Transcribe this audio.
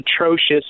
atrocious